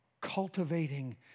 cultivating